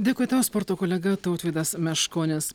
dėkui tau sporto kolega tautvydas meškonis